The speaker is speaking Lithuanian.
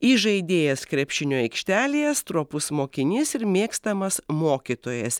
įžaidėjas krepšinio aikštelėje stropus mokinys ir mėgstamas mokytojas